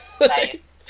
Nice